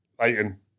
Leighton